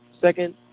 second